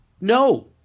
no